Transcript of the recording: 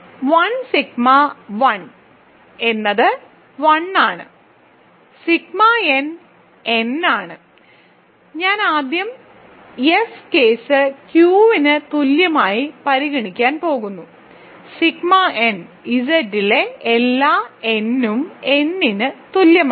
1 sigma 1 എന്നത് 1 ആണ് sigma n n ആണ് ഞാൻ ആദ്യം എഫ് കേസ് Q ന് തുല്യമായി പരിഗണിക്കാൻ പോകുന്നു സിഗ്മ n Z ലെ എല്ലാ n നും n ന് തുല്യമാണ്